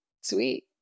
Sweet